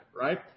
right